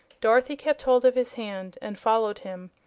dorothy kept hold of his hand and followed him,